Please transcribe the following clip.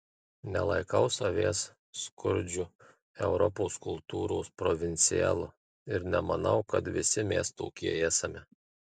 nelaikau savęs skurdžiu europos kultūros provincialu ir nemanau kad visi mes tokie esame